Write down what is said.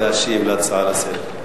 נא להשיב על ההצעה לסדר-היום.